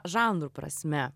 žanrų prasme